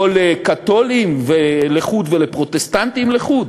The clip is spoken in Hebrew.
או לקתולים לחוד ולפרוטסטנטים לחוד?